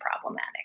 problematic